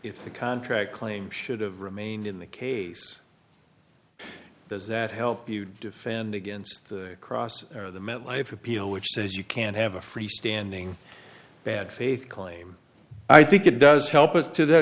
if the contract claim should have remained in the case is that help you defend against the cross or the met life appeal which says you can't have a freestanding bad faith claim i think it does help it to that